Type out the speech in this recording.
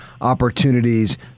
opportunities